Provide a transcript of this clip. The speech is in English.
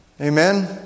Amen